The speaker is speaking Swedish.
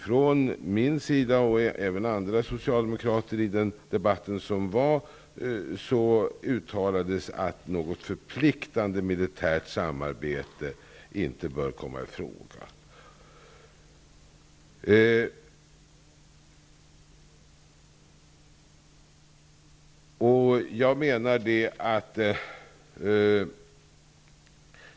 Jag och även andra socialdemokrater uttalade i den debatt som fördes att något förpliktande militärt samarbete inte bör komma i fråga.